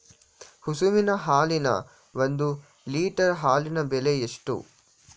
ಹಸುವಿನ ಹಾಲಿನ ಒಂದು ಲೀಟರ್ ಹಾಲಿನ ಬೆಲೆ ಎಷ್ಟು?